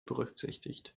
berücksichtigt